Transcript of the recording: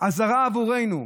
אזהרה עבורנו,